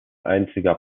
einziger